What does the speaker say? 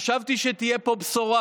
חשבתי שתהיה פה בשורה.